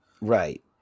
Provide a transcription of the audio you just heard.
Right